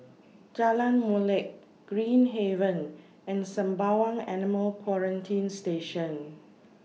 Jalan Molek Green Haven and Sembawang Animal Quarantine Station